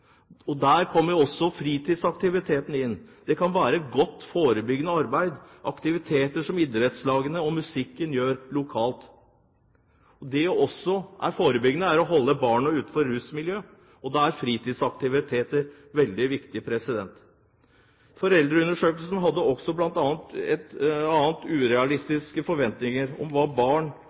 Der kommer fritidsaktiviteter inn. Det kan være godt forebyggende arbeid, aktiviteter som idrettslagene og musikken gjør lokalt. Det er også forebyggende for å holde barna utenfor rusmiljø. Da er fritidsaktiviteter veldig viktige. Foreldrene i undersøkelsen hadde også bl.a. urealistiske forventninger om hva barn